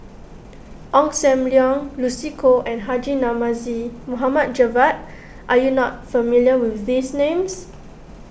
Ong Sam Leong Lucy Koh and Haji Namazie Mohd Javad are you not familiar with these names